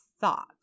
thought